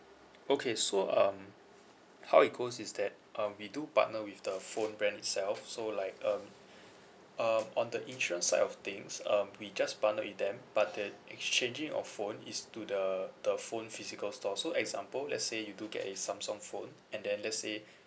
okay so um how it goes is that um we do partner with the phone brand itself so like um um on the insurance side of things um we just partner with them but the exchanging of phone is to the the phone physical store so example let's say you do get a samsung phone and then let's say